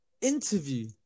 interview